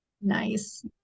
Nice